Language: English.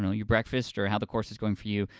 and your breakfast or how the course is going for you,